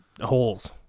holes